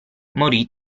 morì